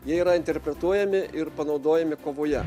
jie yra interpretuojami ir panaudojami kovoje